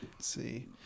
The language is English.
see